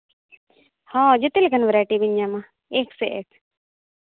ᱦᱳᱭ ᱡᱮᱛᱮ ᱞᱮᱠᱟᱱ ᱵᱷᱮᱨᱟᱭᱴᱤ ᱵᱮᱱ ᱧᱟᱢᱟ ᱮᱠ ᱥᱮ ᱮᱠ